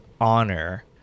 honor